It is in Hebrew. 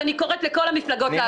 ואני קוראת לכל המפלגות לעשות את זה,